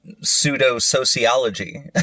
pseudo-sociology